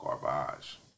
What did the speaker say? Garbage